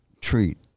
treat